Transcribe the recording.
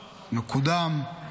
מקודם.